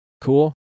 Cool